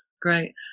great